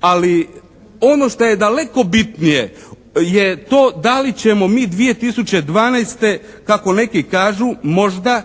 Ali ono što je daleko bitnije je to da li ćemo mi 2012. kako neki kažu možda